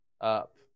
up